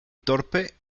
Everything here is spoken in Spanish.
torpe